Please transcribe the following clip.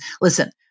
listen